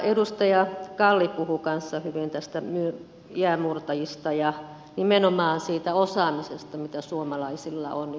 edustaja kalli puhui kanssa hyvin näistä jäänmurtajista ja nimenomaan siitä osaamisesta mitä suomalaisilla on